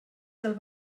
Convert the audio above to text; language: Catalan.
del